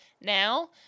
now